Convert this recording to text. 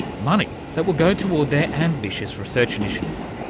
money that will go toward their ambitious research initiative,